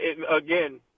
Again